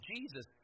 Jesus